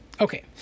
Okay